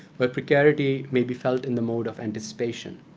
where precarity may be felt in the mode of anticipation.